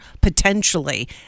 potentially